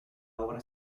obra